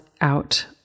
out